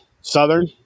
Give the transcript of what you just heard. Southern